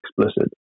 explicit